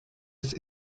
its